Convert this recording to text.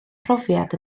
phrofiad